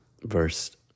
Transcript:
verse